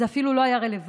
זה אפילו לא היה רלוונטי.